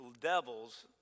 devils